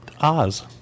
Oz